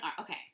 Okay